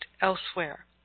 elsewhere